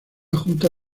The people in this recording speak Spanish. junta